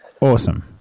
Awesome